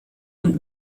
und